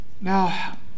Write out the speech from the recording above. Now